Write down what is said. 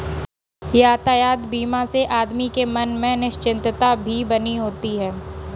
यातायात बीमा से आदमी के मन में निश्चिंतता भी बनी होती है